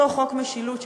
אותו חוק משילות,